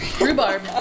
Rhubarb